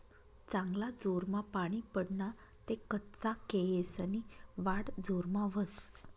चांगला जोरमा पानी पडना ते कच्चा केयेसनी वाढ जोरमा व्हस